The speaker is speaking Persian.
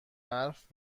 برف